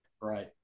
Right